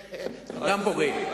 גם הדברים שהוא אמר מעל הדוכן פוגעים.